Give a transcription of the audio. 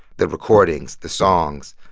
the recordings, the songs,